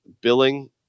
billing